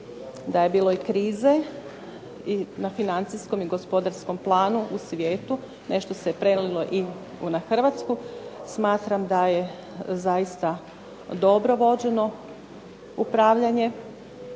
da je bilo i krize na financijskom i gospodarskom planu u svijetu, nešto se prelilo i na Hrvatsku, smatram da je zaista dobro vođeno upravljanje,